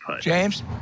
James